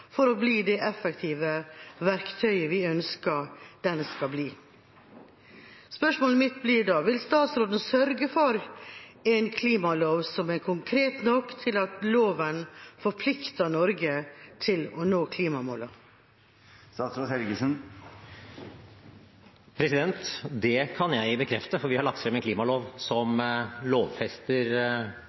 for lite forpliktende til å bli det effektive verktøyet vi ønsker at loven skal bli. Spørsmålet mitt blir da: Vil statsråden sørge for en klimalov som er konkret nok til at den forplikter Norge til å nå klimamålene? Det kan jeg bekrefte, for vi har lagt frem en klimalov som lovfester